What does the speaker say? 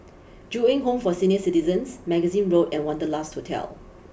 Ju Eng Home for Senior citizens Magazine Road and Wanderlust Hotel